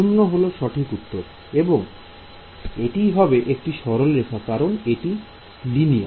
শূন্য হল সঠিক উত্তর এবং এটিই হবে একটি সরলরেখা কারণ এটি লিনিয়ার